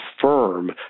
firm